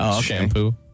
shampoo